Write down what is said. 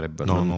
non